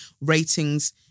ratings